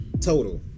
Total